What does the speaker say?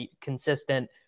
consistent